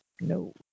no